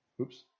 Oops